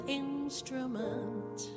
instrument